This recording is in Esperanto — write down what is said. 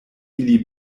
ili